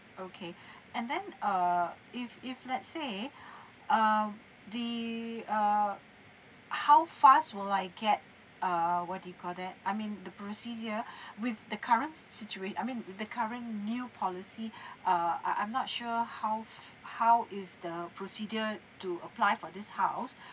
okay and then err if if let's say uh the err how fast will I get err what do you call that I mean the procedure with the current situat~ I mean with the current new policy uh I I'm not sure how f~ how is the procedure to apply for this house